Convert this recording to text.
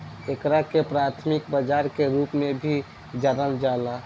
एकरा के प्राथमिक बाजार के रूप में भी जानल जाला